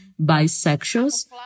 bisexuals